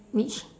which